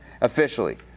officially